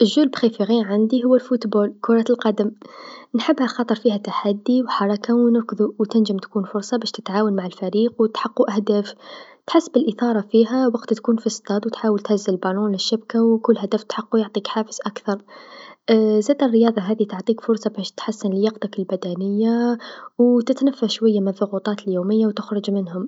لعبتي المفضلة هو كرة القدم، كرة القدم نحبها لخاطر فيها تحدي و حركه و نركضو و تنجم تكون فرصه باش تتعاون مع الفريق و تحقو أهداف ، تحس بالإثارا فيها وقت تكون في الستاد و تحاول تهز البالون للشبكه و كل هدف تحقو يعطيك حافز أكثر زادا الرياضه هاذي تعطيك فرصه باش تحسن لياقتك البدنيه و تتنفس شويا من الصغوطات اليوميه و تخرج منهم.